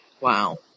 Wow